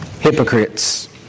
Hypocrites